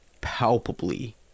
palpably